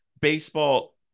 baseball